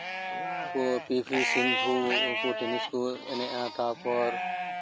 ᱯᱤᱯᱤ ᱥᱤᱱᱫᱷᱩ ᱩᱱᱠᱩ ᱴᱮᱱᱤᱥ ᱠᱚ ᱮᱱᱮᱡᱼᱟ ᱛᱟᱨᱯᱚᱨ